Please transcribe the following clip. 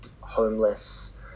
homeless